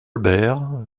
bert